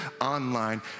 online